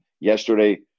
yesterday